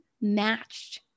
matched